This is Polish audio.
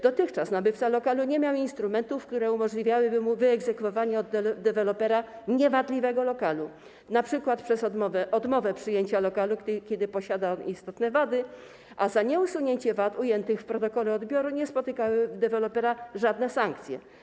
Dotychczas nabywca lokalu nie miał instrumentów, które umożliwiałyby mu wyegzekwowanie od dewelopera niewadliwego lokalu, np. przez odmowę odbioru lokalu, kiedy posiada on istotne wady, a za nieusunięcie wad ujętych w protokole odbioru nie spotykały dewelopera żadne sankcje.